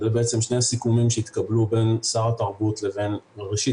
היו שני סיכומים שהתקבלו בין שר התרבות לבין ראשית,